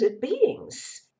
beings